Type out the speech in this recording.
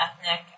ethnic